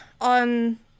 on